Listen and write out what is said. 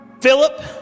Philip